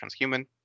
Transhuman